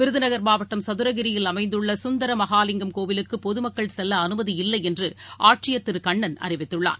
விருதுநகர் மாவட்டம் சதுரகிரியில் அமைந்துள்ளசுந்தரமகாலிங்கம் கோயிலுக்குபொதுமக்கள் செல்லஅனுமதியில்லைஎன்றுஆட்சியர் திருகண்ணன் அறிவித்துள்ளார்